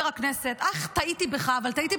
חבר הכנסת,